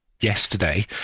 yesterday